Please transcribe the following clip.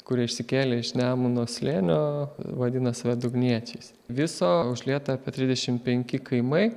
kurie išsikėlė iš nemuno slėnio vadina save dugniečiais viso užlieta apie trisdešim penki kaimai